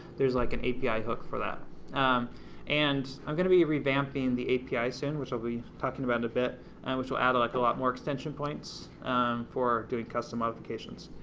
there's like an api hook for that and i'm going to be revamping the api soon, which i'll be talking about in a bit and which will add like a lot more extension points for doing custom modifications.